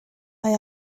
mae